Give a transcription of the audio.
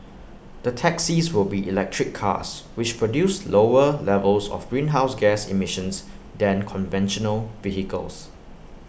the taxis will be electric cars which produce lower levels of greenhouse gas emissions than conventional vehicles